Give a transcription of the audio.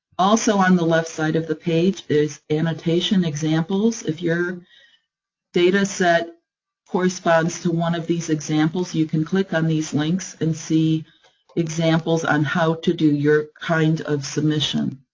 also, on the left side of the page is annotation examples. if your dataset corresponds to one of these examples, you can click on these links and see examples on how to do your kind of submission.